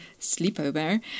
sleepover